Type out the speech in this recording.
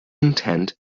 intent